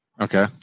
Okay